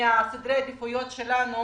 מסדרי העדיפויות שלנו